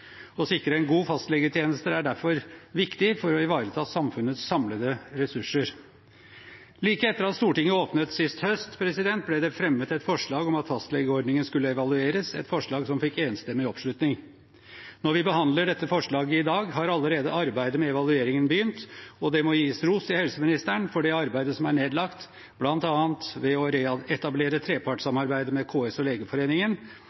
Å sikre en god fastlegetjeneste er derfor viktig for å ivareta samfunnets samlede ressurser. Like etter at Stortinget åpnet sist høst, ble det fremmet et forslag om at fastlegeordningen skulle evalueres, et forslag som fikk enstemmig oppslutning. Når vi behandler dette forslaget i dag, har allerede arbeidet med evalueringen begynt, og det må gis ros til helseministeren for det arbeidet som er nedlagt, bl.a. ved å reetablere trepartssamarbeidet med KS og Legeforeningen.